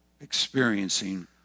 experiencing